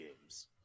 games